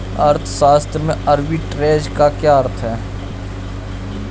अर्थशास्त्र में आर्बिट्रेज का क्या अर्थ है?